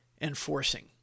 enforcing